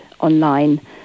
online